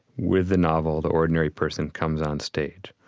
with the novel, the ordinary person comes on stage.